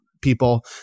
people